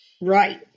Right